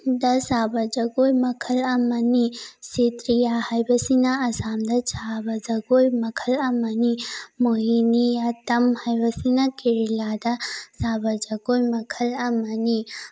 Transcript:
ꯗ ꯁꯥꯕ ꯖꯒꯣꯏ ꯃꯈꯜ ꯑꯃꯅꯤ ꯁꯦꯇ꯭ꯔꯤꯌꯥ ꯍꯥꯏꯕꯁꯤꯅ ꯑꯁꯥꯝꯗ ꯁꯥꯕ ꯖꯒꯣꯏ ꯃꯈꯜ ꯑꯃꯅꯤ ꯃꯣꯌꯤꯅꯤꯌꯥꯇꯝ ꯍꯥꯏꯕꯁꯤꯅ ꯀꯦꯔꯦꯂꯥꯗ ꯁꯥꯕ ꯖꯒꯣꯏ ꯃꯈꯜ ꯑꯃꯅꯤ